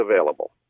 available